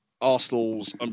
Arsenal's